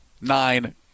nine